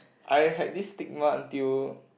I had this stigma until